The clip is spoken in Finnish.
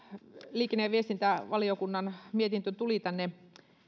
liikenne ja viestintävaliokunnan mietintö tuli tänne